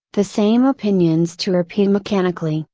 the same opinions to repeat mechanically,